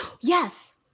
yes